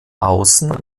außen